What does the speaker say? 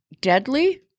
deadly